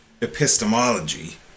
epistemology